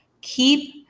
Keep